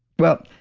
well,